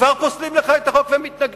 כבר פוסלים לך את החוק ומתנגדים.